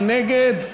מי נגד?